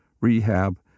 rehab